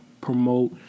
promote